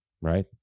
right